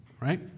right